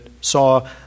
saw